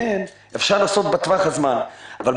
אפשר לעשות בטווח הזמן הזה כל מיני